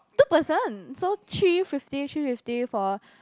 two person so three fifty three fifty for